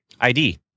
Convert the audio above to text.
ID